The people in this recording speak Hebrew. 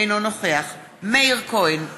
אינו נוכח מאיר כהן,